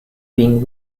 being